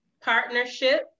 partnership